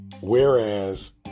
Whereas